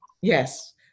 Yes